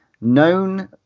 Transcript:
known